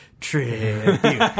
tribute